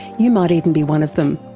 you might even be one of them.